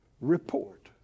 report